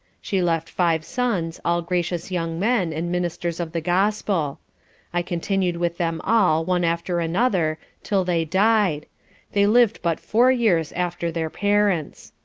she left five sons, all gracious young men, and ministers of the gospel i continued with them all, one after another, till they died they liv'd but four years after their parents.